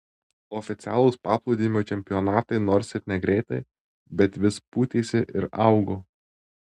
oficialūs paplūdimio čempionatai nors ir negreitai bet vis pūtėsi ir augo